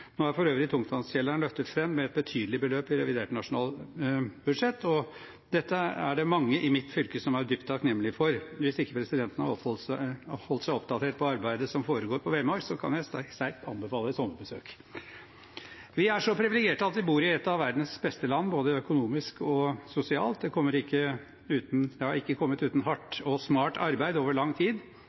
Nå er for øvrig Tungtvannskjelleren løftet fram med et betydelig beløp i revidert nasjonalbudsjett, og dette er det mange i mitt fylke som er dypt takknemlige for. Hvis ikke presidenten har holdt seg oppdatert på arbeidet som foregår på Vemork, kan jeg sterkt anbefale et sommerbesøk. Vi er så privilegerte at vi bor i et av verdens beste land både økonomisk og sosialt. Det har ikke kommet uten hardt og smart arbeid over lang tid.